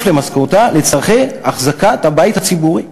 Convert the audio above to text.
על משכורתה לצורכי אחזקת הבית הציבורי.